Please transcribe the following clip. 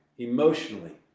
emotionally